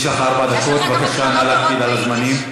יש לך כמה קללות טובות ביידיש?